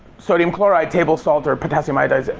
sodium chloride, table salt, or potassium iodide,